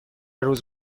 روز